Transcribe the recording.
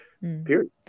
period